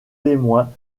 témoin